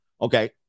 okay